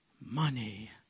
Money